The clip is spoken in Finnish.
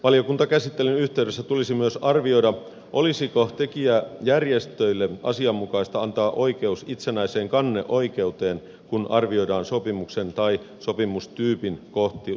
valiokuntakäsittelyn yhteydessä tulisi myös arvioida olisiko tekijäjärjestöille asianmukaista antaa oikeus itsenäiseen kanneoikeuteen kun arvioidaan sopimuksen tai sopimustyypin kohtuullistamista